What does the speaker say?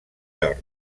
york